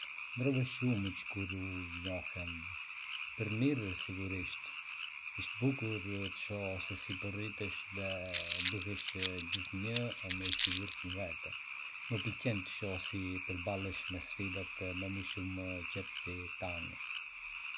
Ndryve shumë që kur u njohëm... për mirë, sigurisht! Është bukur të shoh sesi po rritesh dhe bëhesh gjithnjë e më i sigurt në vete. Më pëlqen të shoh si përballesh me sfidat me më shumë qetësi tani.